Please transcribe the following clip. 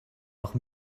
nach